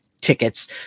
tickets